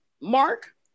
mark